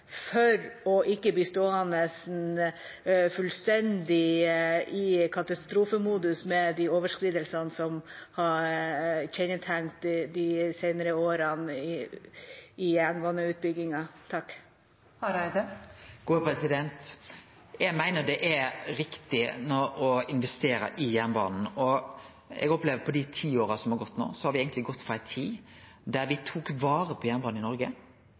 for ikke å bli stående fullstendig i katastrofemodus med de overskridelsene som har kjennetegnet jernbaneutbyggingen de senere årene? Eg meiner det er riktig å investere i jernbanen. I dei ti åra som har gått no, har me eigentleg gått frå ei tid der me tok vare på jernbanen i